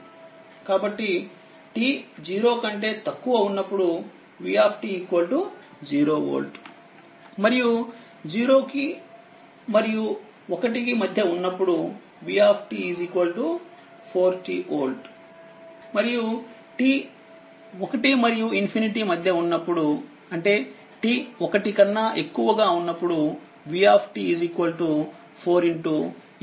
కాబట్టి t 0కంటే తక్కువ ఉన్నప్పుడు v 0 వోల్ట్ మరియు 0మరియు1మధ్య ఉన్నప్పుడు v 4t వోల్ట్ మరియు t 1 మరియు ∞ మధ్య ఉన్నప్పుడు అంటే t 1కన్నా ఎక్కువగాఉన్నప్పుడు v4e